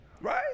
Right